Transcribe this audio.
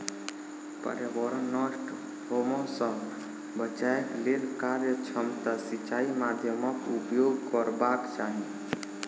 पर्यावरण नष्ट होमअ सॅ बचैक लेल कार्यक्षमता सिचाई माध्यमक उपयोग करबाक चाही